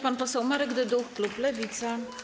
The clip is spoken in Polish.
Pan poseł Marek Dyduch, klub Lewica.